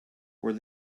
where